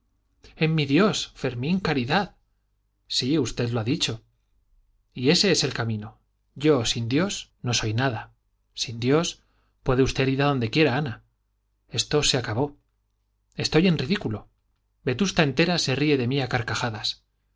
en mi dios fermín caridad sí usted lo ha dicho y ese es el camino yo sin dios no soy nada sin dios puede usted ir a donde quiera ana esto se acabó estoy en ridículo vetusta entera se ríe de mí a carcajadas